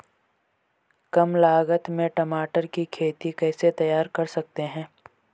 कम लागत में टमाटर की खेती कैसे तैयार कर सकते हैं?